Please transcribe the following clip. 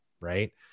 Right